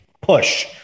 push